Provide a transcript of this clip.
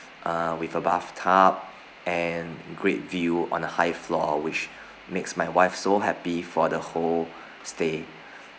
uh with a bathtub and great view on a high floor which makes my wife so happy for the whole stay